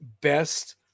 best